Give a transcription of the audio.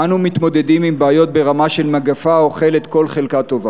אנו מתמודדים עם בעיות ברמה של מגפה האוכלת כל חלקה טובה,